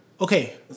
Okay